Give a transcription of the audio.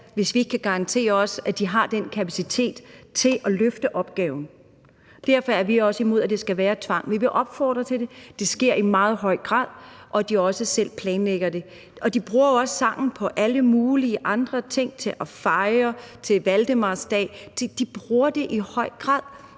hvis vi ikke også kan garantere, at de har den kapacitet, der skal til, for at løfte opgaven. Derfor er vi også imod, at det skal være tvang. Vi vil opfordre til det; det sker i meget høj grad, og de planlægger det også selv. De bruger jo også sangen på alle mulige andre måder – til at fejre, f.eks. valdemarsdag – de bruger det i høj grad.